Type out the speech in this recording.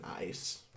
nice